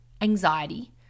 anxiety